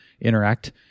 interact